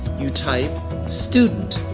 you type student.